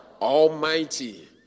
Almighty